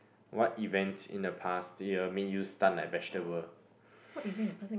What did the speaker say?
what events in the past year made you stun like vegetable